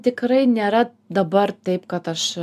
tikrai nėra dabar taip kad aš